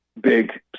big